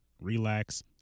relax